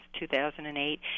2008